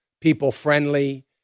people-friendly